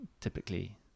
typically